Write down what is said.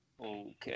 Okay